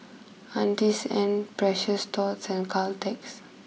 Auntie's Ann Precious Thots and Caltex